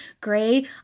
gray